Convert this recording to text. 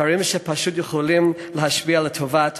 אלה דברים שפשוט יכולים להשפיע לטובת